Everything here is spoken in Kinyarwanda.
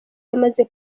yamaze